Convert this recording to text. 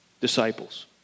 disciples